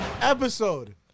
episode